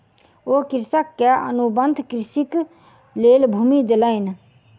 ओ कृषक के अनुबंध कृषिक लेल भूमि देलैन